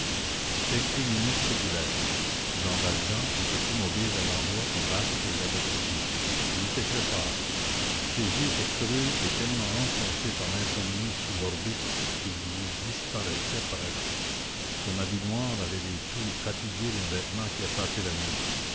quelques minutes s'écoulèrent jean valjean était immobile à l'endroit où basque l'avait quitté il était très pâle ses yeux étaient creux et tellement enfoncés par l'insomnie sous l'orbite qu'ils y disparaissaient presque son habit noir avait les plis fatigués d'un vêtement qui a passé la nuit